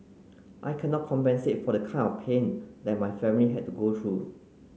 I cannot compensate for the kind of pain that my family had to go through